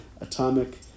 atomic